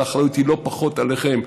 אבל האחריות היא לא פחות עליכם.